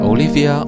Olivia